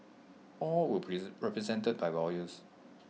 all were represented by lawyers